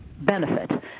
benefit